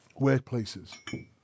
workplaces